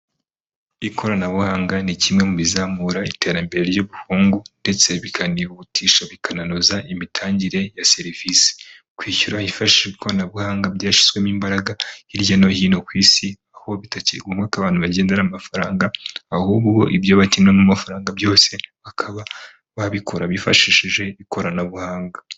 Ikoranabuhanga ni kimwe mu bizamura iterambere ry'ubukungu ndetse bikanihutisha bikananoza imitangire ya serivisi, kwishyura hifashashi ikoranabuhanga byashyizwemo imbaraga hirya no hino ku Isi, aho bitakiri ngombwa abantu bagendera amafaranga, ahubwo ibyo bakeneramo amafaranga byose bakaba babikora bifashishije ikoranabuhanga.